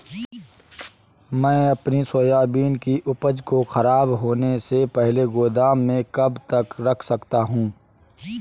मैं अपनी सोयाबीन की उपज को ख़राब होने से पहले गोदाम में कब तक रख सकता हूँ?